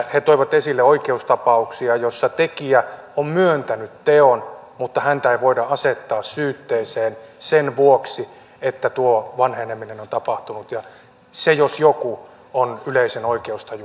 he toivat esille oikeustapauksia joissa tekijä on myöntänyt teon mutta häntä ei voida asettaa syytteeseen sen vuoksi että tuo vanheneminen on tapahtunut ja se jos jokin on yleisen oikeustajun vastaista